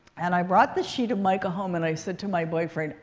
and i brought the sheet of mica home. and i said to my boyfriend,